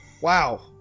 Wow